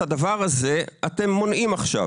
את הדבר הזה אתם מונעים עכשיו.